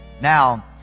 Now